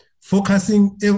Focusing